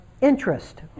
interest